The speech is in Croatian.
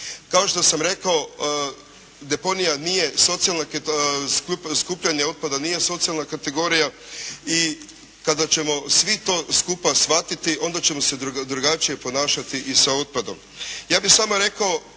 Kao što sam rekao, deponija nije socijalna, skupljanje otpada nije socijalna kategorija i kada ćemo svi to skupa shvatiti onda ćemo se drugačije ponašati i sa otpadom.